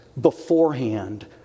beforehand